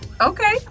Okay